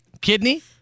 Kidney